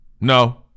No